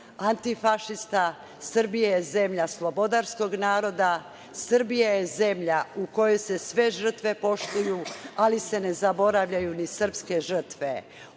antifašista. Srbija je zemlja slobodarskog naroda. Srbija je zemlja u kojoj se sve žrtve poštuju, ali se ne zaboravljaju ni srpske žrtve. Ono